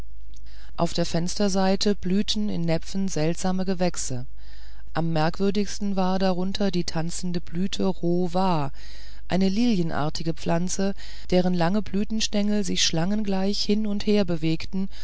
auf der fensterseite blühten in näpfen seltsame gewächse am merkwürdigsten war darunter die tanzende blüte ro wa eine lilienartige pflanze deren lange blütenstengel sich schlangengleich hin und herbewegten